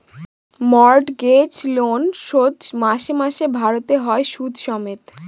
mortgage loan শোধ মাসে মাসে ভারতে হয় সুদ সমেত